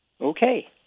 Okay